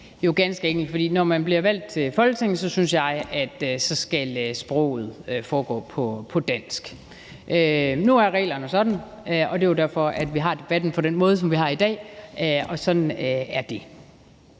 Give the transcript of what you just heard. det er jo ganske enkelt, fordi jeg synes, at når man bliver valgt til Folketinget, skal sproget være dansk. Nu er reglerne jo sådan, og det er derfor, vi har debatten på den måde, som vi har i dag, og sådan er det.